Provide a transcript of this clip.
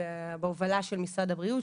בהובלה של משרד הבריאות,